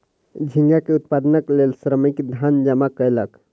झींगा के उत्पादनक लेल श्रमिक धन जमा कयलक